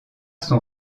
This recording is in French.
son